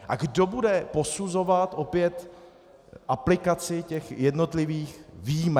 A kdo bude posuzovat opět aplikaci jednotlivých výjimek?